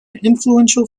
influential